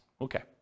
okay